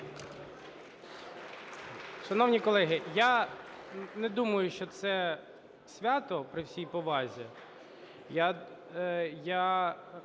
Шановні колеги, я не думаю, що це свято, при всій повазі.